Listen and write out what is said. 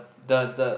the the